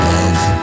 Love